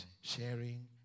sharing